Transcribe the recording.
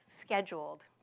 scheduled